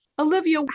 Olivia